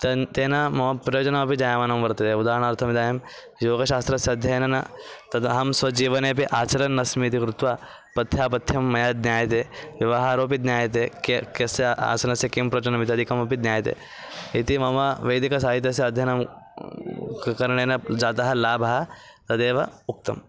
तत् तेन मम प्रयोजनापि जायमानं वर्तते उदाहरणार्थमिदानीं योगशास्त्रस्य अध्ययनेन तत् अहं स्वजीवने अपि आचरन् अस्मि इति कृत्वा पथ्यापथ्यं मया ज्ञायते व्यवहारोऽपि ज्ञायते के कस्य आसनस्य किं प्रयोजनम् इत्यादिकमपि ज्ञायते इति मम वैदिकसाहित्यस्य अध्ययनं क् करणेन जातः लाभः तदेव उक्तं